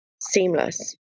seamless